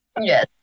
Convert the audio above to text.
Yes